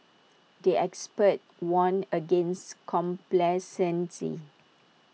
the experts warned against complacency